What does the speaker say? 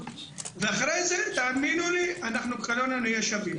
אחרי זה, תאמינו לי, כולנו נהיה שווים.